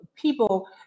people